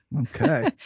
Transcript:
okay